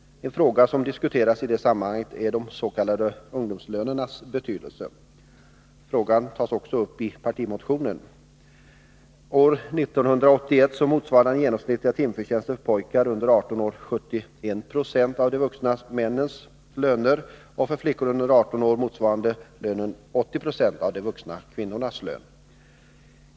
En fråga som diskuterats i detta sammanhang är även de s.k. ungdomslönernas betydelse. Frågan tas bl.a. upp i folkpartiets partimotion. År 1981 motsvarade den genomsnittliga timförtjänsten för pojkar under 18 år 71 96 av de vuxna männens löner, och för flickor under 18 år motsvarade lönen 80 76 av de vuxna kvinnornas.